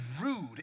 rude